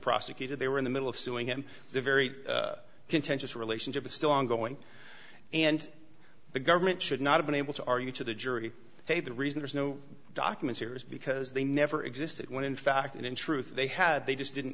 prosecuted they were in the middle of suing him it's a very contentious relationship it's still ongoing and the government should not have been able to argue to the jury hey the reason there's no documents here is because they never existed when in fact in truth they had they just didn't